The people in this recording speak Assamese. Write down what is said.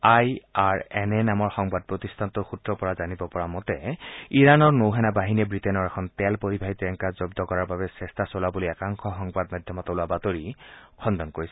আই আৰ এন এ নামৰ সংবাদ প্ৰতিষ্ঠানটোৰ সূত্ৰৰ পৰা জানিব পৰা মতে ইৰানৰ নৌসেনা বাহিনীয়ে ৱিটেইনৰ এখন তেল পৰিবাহী টেংকাৰ জন্দ কৰাৰ বাবে চেষ্টা চলোৱা বুলি একাংশ সংবাদ মাধ্যমত ওলোৱা বাতৰি খণ্ডন কৰিছে